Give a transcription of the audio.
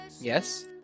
Yes